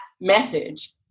message